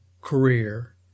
career